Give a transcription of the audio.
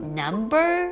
number